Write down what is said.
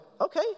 Okay